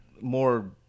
more